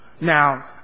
Now